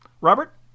Robert